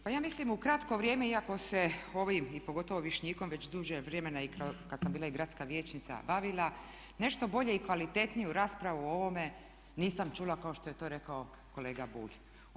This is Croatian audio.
Pa ja mislim u kratko vrijeme iako se ovim i pogotovo Višnjikom već duže vremena i kad sam bila i gradska vijećnica bavila nešto bolje i kvalitetniju raspravu o ovome nisam čula kao što je to rekao kolega Bulj.